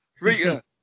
Rita